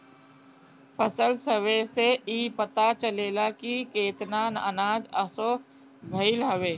फसल सर्वे से इ पता चलेला की केतना अनाज असो भईल हवे